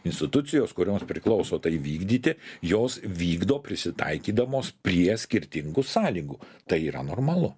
institucijos kurios priklauso tai vykdyti jos vykdo prisitaikydamos prie skirtingų sąlygų tai yra normalu